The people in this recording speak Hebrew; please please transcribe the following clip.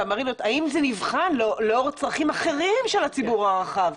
האם זה נבחן לאור הצרכים האחרים של הציבור הרחב,